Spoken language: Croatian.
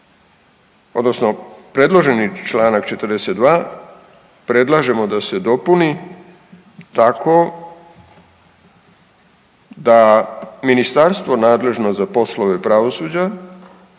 odnosno predloženi čl. 42, predlažemo da se dopuni tako da ministarstvo nadležno za poslove pravosuđa,